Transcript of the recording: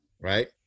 Right